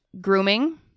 grooming